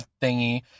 thingy